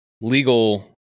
legal